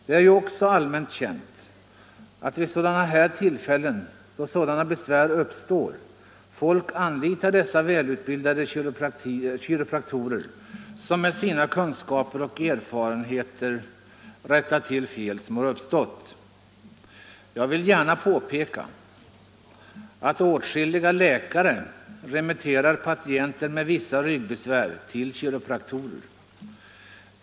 Det är också allmänt känt att då sådana här besvär uppstår anlitar folk dessa välutbildade kiropraktorer som med sina kunskaper och erfarenheter rättar till fel som har uppstått. Jag vill gärna påpeka att åtskilliga läkare remitterar patienter med vissa ryggbesvär till kiropraktorer.